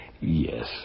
Yes